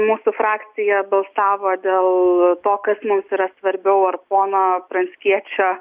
mūsų frakcija balsavo dėl to kas mums yra svarbiau ar pono pranckiečio